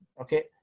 Okay